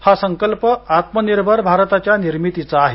हा संकल्प आत्मनिर्भर भारताच्या निर्मितीचा आहे